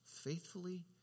faithfully